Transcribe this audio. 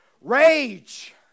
Rage